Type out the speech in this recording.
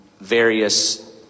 various